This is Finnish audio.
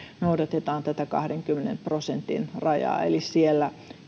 noudatetaan tätä kahdenkymmenen prosentin rajaa eli siellä